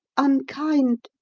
unkind,